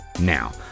now